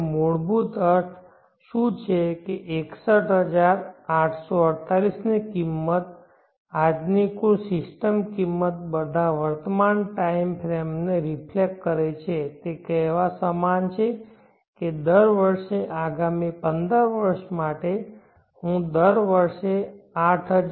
તેનો મૂળભૂત અર્થ શું છે કે 61848 ની આ કિંમત આજની કુલ સિસ્ટમ કિંમત બધા વર્તમાન ટાઈમ ફ્રેમને રિફ્લેક્ટ કરે છે તે કહેવા સમાન છે કે દર વર્ષે આગામી 15 વર્ષ માટે હું દર વર્ષે 8131